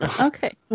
Okay